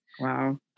Wow